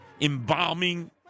embalming